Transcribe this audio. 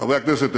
חברי הכנסת,